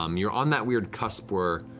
um you're on that weird cusp where,